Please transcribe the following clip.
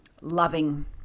loving